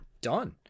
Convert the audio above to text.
done